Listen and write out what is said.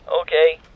Okay